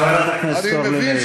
חברת הכנסת אורלי לוי.